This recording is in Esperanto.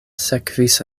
sekvis